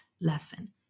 lesson